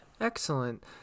excellent